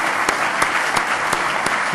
עם ויתורים קשים,